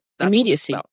immediacy